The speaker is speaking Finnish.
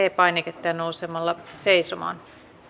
painiketta ja nousemalla seisomaan